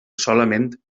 solament